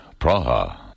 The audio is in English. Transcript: Praha